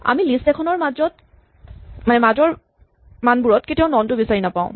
আমি লিষ্ট এখনৰ মাজত কেতিয়াও নন বিচাৰি নাপাওঁ